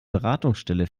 beratungsstelle